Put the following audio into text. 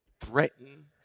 threaten